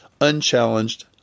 Unchallenged